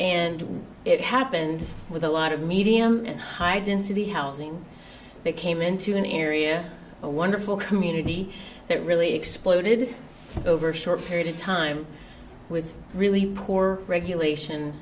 and it happened with a lot of medium and high density housing they came into an area a wonderful community that really exploded over a short period of time with really poor regulation